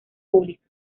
pública